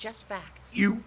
just that you